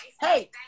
Hey